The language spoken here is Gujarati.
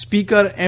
સ્પીકર એમ